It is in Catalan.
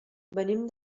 venim